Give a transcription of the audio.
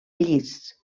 llis